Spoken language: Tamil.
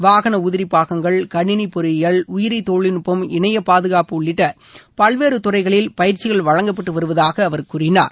வாகன உதிரி பாகங்கள் கணினி பொறியியல் உயிரி தொழில்நுட்பம் இணைய பாதுகாப்பு உள்ளிட்ட பல்வேறு துறைகளில் பயிற்சிகள் வழங்கப்பட்டு வருவதாக அவர் கூறினார்